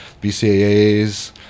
BCAAs